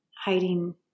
hiding